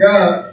God